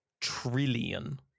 trillion